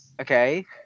okay